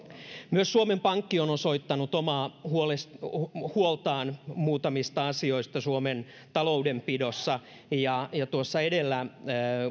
myös suomen pankki on osoittanut omaa huoltaan muutamista asioista suomen taloudenpidossa ja ja tuossa edellä